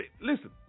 Listen